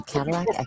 Cadillac